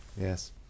yes